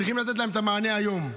צריכים לתת להם מענה היום.